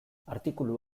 artikulu